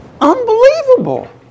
unbelievable